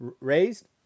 raised